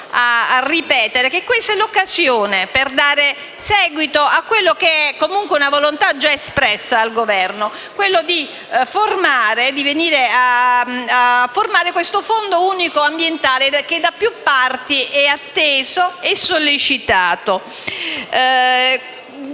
a ripeterlo), che questa è l'occasione per dar seguito a quella che comunque è una volontà già espressa dal Governo: quella di costituire questo Fondo unico ambientale che da più parti è atteso e sollecitato.